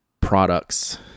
products